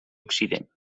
occident